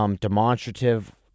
Demonstrative